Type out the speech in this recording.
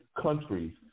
countries